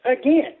again